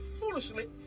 foolishly